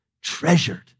treasured